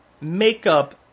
makeup